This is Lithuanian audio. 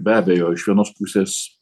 be abejo iš vienos pusės